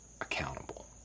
accountable